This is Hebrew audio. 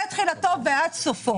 מההתחלה ועד הסוף.